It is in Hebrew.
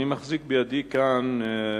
אני מחזיק בידי מחקר,